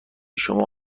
شما